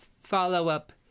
follow-up